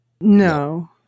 No